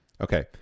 Okay